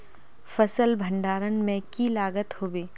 फसल भण्डारण में की लगत होबे?